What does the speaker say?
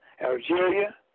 Algeria